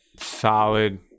solid